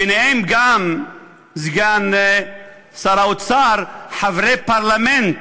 ביניהם גם סגן שר האוצר, חברי פרלמנט,